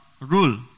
rule